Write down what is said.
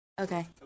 Okay